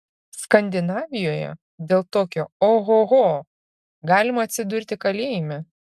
skandinavijoje dėl tokio ohoho galima atsidurti kalėjime